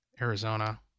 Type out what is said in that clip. Arizona